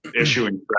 issuing